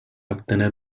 obtener